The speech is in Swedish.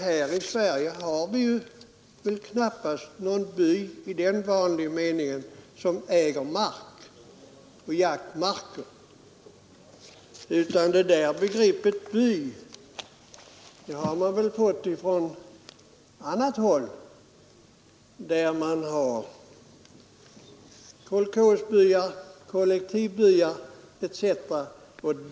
Här i Sverige har vi väl knappast någon by som äger jaktmark. Begreppet by i den meningen har man väl fått från annat håll där det finns kolchosbyar, kollektivbyar etc.